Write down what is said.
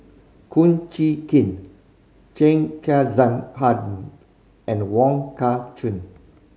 Kum Chee Kin Chen Kezhan and Wong Kah Chun